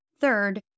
Third